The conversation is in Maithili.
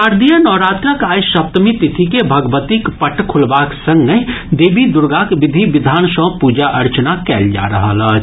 शारदीय नवरात्रक आइ सप्तमी तिथि के भगवतीक पट खुलबाक संगहि देवी द्र्गाक विधि विधान सँ प्रजा अर्चना कयल जा रहल अछि